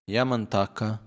Yamantaka